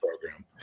program